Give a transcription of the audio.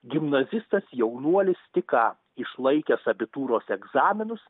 gimnazistas jaunuolis tik ką išlaikęs abitūros egzaminus